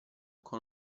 con